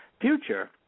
future